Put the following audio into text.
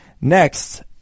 Next